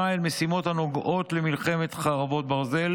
אל משימות הנוגעות למלחמת חרבות ברזל,